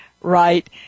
right